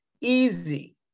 easy